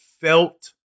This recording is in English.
felt